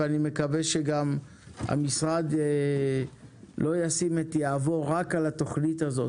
אני מקווה שהמשרד לא ישים את יהבו רק על התוכנית הזו